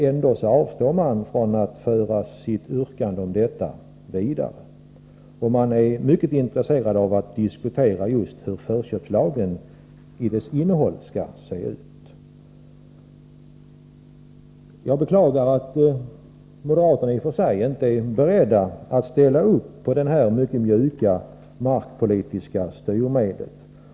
Ändå avstår man från att föra sitt yrkande om detta vidare, och moderaterna är mycket intresserade av att diskutera just hur förköpslagens innehåll skall se ut. Jag beklagar att moderaterna inte är beredda att ställa upp på detta mycket mjuka markpolitiska styrmedel.